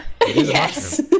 Yes